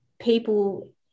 people